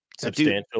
substantial